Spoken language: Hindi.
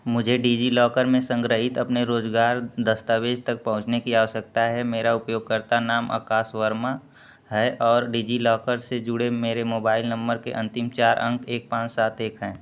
मुझे डिजिलॉकर में संग्रहीत अपने रोज़गार दस्तावेज़ तक पहुँचने की आवश्यकता है मेरा उपयोगकर्ता नाम आकाश वर्मा है और डिजिलॉकर से जुड़े मेरे मोबाइल नम्बर के अंतिम चार अंक एक पाँच सात एक हैं